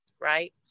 right